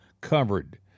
covered